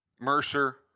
Mercer